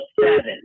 seven